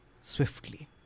swiftly